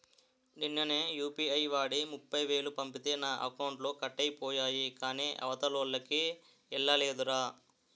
నిన్ననే యూ.పి.ఐ వాడి ముప్ఫైవేలు పంపితే నా అకౌంట్లో కట్ అయిపోయాయి కాని అవతలోల్లకి ఎల్లలేదురా